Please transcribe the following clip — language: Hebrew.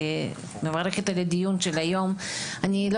אני מברכת על הדיון של היום.